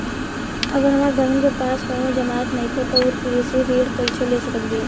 अगर हमार बहिन के पास कउनों जमानत नइखें त उ कृषि ऋण कइसे ले सकत बिया?